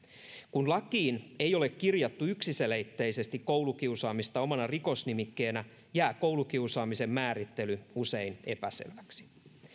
kun lakiin ei ole kirjattu yksiselitteisesti koulukiusaamista omana rikosnimikkeenä jää koulukiusaamisen määrittely usein epäselväksi